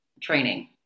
training